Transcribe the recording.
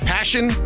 Passion